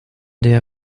der